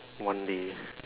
one day